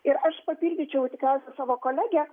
ir aš papildyčiau tikriausiai savo kolegę